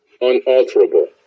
unalterable